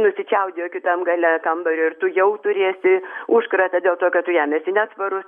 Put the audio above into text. nusičiaudėjo kitam gale kambario ir tu jau turėsi užkratą dėl to kad tu jam esi neatsparus